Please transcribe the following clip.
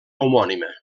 homònima